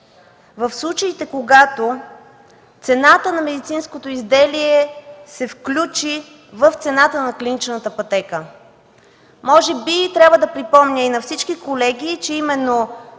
в случаите, когато цената на медицинското изделия се включи в цената на клиничната пътека? Може би трябва да припомня на всички колеги, че именно